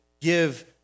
Give